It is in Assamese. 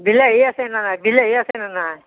বিলাহী আছেনে নাই বিলাহী আছেনে নাই